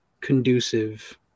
conducive